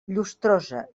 llustrosa